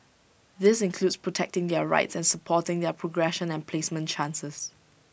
this includes protecting their rights and supporting their progression and placement chances